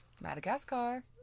Madagascar